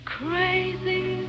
crazy